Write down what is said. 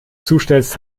zustellst